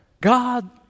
God